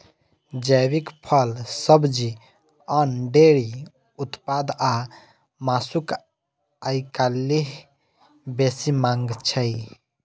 जैविक फल, सब्जी, अन्न, डेयरी उत्पाद आ मासुक आइकाल्हि बेसी मांग छै